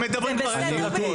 הם מדברים עשר דקות.